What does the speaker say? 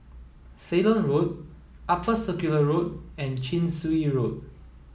Ceylon Road Upper Circular Road and Chin Swee Road